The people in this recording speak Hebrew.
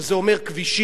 שזה אומר כבישים,